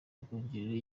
rwongerera